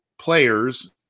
players